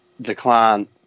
decline